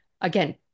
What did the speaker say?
again